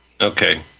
Okay